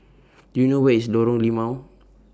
Do YOU know Where IS Lorong Limau